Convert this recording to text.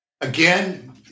again